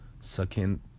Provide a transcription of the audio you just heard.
second